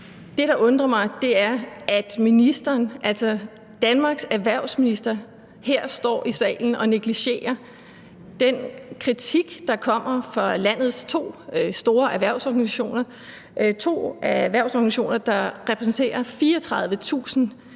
Det, der undrer mig, er, at ministeren, altså Danmarks erhvervsminister, her står i salen og negligerer den kritik, der kommer fra landets to store erhvervsorganisationer, to erhvervsorganisationer, der repræsenterer 34.000